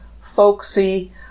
folksy